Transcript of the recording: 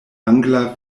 angla